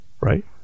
right